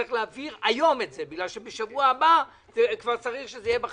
צריך להעביר את זה היום בגלל שבשבוע הבא צריך שזה יהיה כבר בחשבונות.